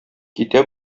китә